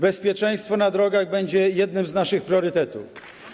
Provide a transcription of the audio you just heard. Bezpieczeństwo na drogach będzie jednym z naszych priorytetów.